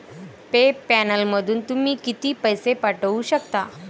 पे पॅलमधून तुम्ही किती पैसे पाठवू शकता?